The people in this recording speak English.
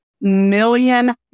million